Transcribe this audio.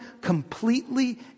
completely